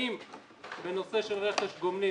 האם בנושא של רכש גומלין,